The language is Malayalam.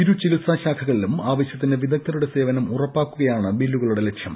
ഇരു ചികിത്സാ ശാഖകളിലും ആവശ്യത്തിന് വിദഗ്ദ്ധരുടെ സേവനം ഉറപ്പാക്കുകയാണ് ബില്ലുകളുടെ ലക്ഷ്യം